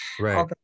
right